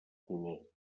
color